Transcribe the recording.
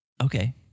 Okay